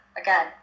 again